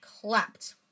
clapped